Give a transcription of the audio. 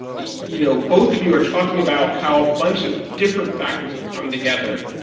you know both of you are talking about how a bunch of different factors have come together.